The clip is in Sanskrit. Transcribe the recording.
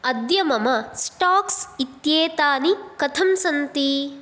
अद्य मम स्टाक्स् इत्येतानि कथं सन्ति